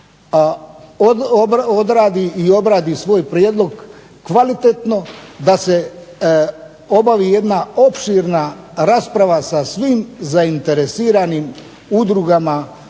odradi i obradi svoj prijedlog kvalitetno, da se obavi jedna opširna rasprava sa svim zainteresiranim udrugama,